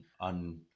On